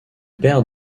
paires